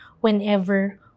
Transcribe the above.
whenever